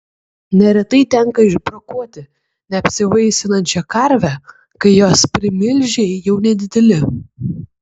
neretai tenka išbrokuoti neapsivaisinančią karvę kai jos primilžiai jau nedideli